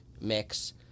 mix